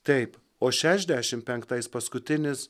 taip o šešiasdešim penktais paskutinis